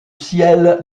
ciel